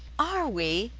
are we?